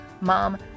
mom